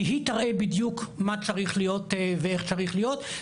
כי היא תראה בדיוק מה צריך להיות ואיך צריך להיות.